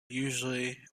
usually